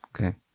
Okay